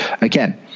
Again